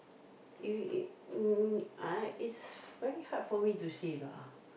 you you mm ah it's very hard for me to say lah